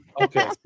okay